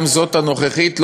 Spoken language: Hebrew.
גם זאת הנוכחית,